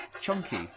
chunky